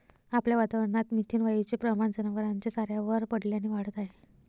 आपल्या वातावरणात मिथेन वायूचे प्रमाण जनावरांच्या चाऱ्यावर पडल्याने वाढत आहे